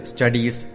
Studies